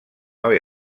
haver